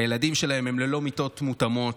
הילדים שלהם ללא מיטות מותאמות.